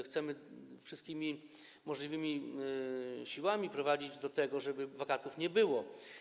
Chcemy wszystkimi możliwymi siłami doprowadzić do tego, żeby ich nie było.